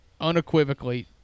unequivocally